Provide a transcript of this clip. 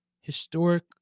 historic